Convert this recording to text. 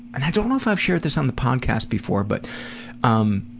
and i don't know if i've shared this on the podcast before, but um